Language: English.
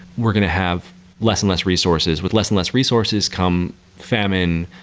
we're going to have less and less resources. with less and less resources come famine,